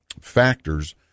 factors